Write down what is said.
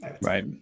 Right